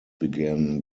began